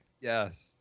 Yes